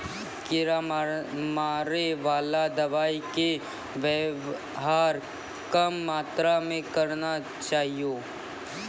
कीड़ा मारैवाला दवाइ के वेवहार कम मात्रा मे करना चाहियो